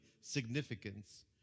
significance